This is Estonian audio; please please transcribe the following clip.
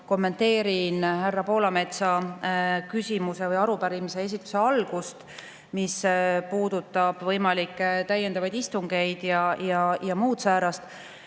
kommenteerin härra Poolametsa küsimuse või arupärimise esitlemise algust, mis puudutab võimalikke täiendavaid istungeid ja muud säärast.